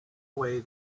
away